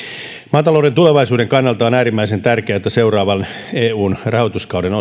maatalouden tulevaisuuden kannalta on äärimmäisen tärkeätä seuraavan eun rahoituskauden